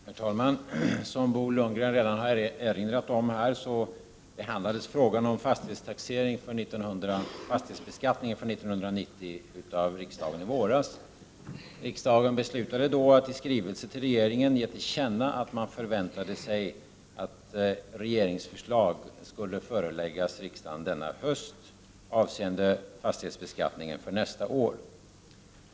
Herr talman! Som Bo Lundgren redan har erinrat om behandlades frågan om fastighetsbeskattning för 1990 av riksdagen i våras. Riksdagen beslutade då att i skrivelse till regeringen ge till känna att man förväntade sig att regeringsförslag, avseende fastighetsbeskattning för nästa år, skulle föreläggas riksdagen denna höst.